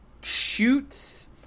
Shoots